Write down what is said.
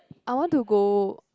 I want to go